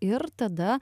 ir tada